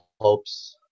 Hopes